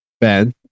Ben